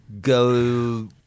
go